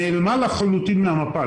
נעלמה לחלוטין מהמפה.